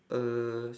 uh